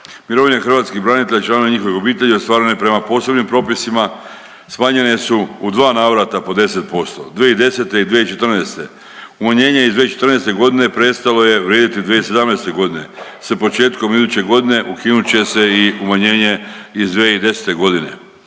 Mirovine hrvatskih branitelja i članova njihovih obitelji ostvarene prema posebnim propisima smanjene su u dva navrata po 10%, 2010. i 2014.. Umanjenje iz 2014.g. prestalo je vrijediti 2017.g., sa početkom iduće godine ukinut će se i umanjenje iz 2010.g.